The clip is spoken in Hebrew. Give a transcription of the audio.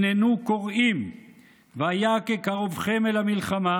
הננו קוראים 'והיה כקרבכם אל המלחמה